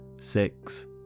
six